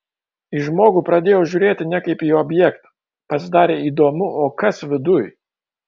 į žmogų pradėjau žiūrėti ne kaip į objektą pasidarė įdomu o kas viduj